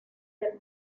del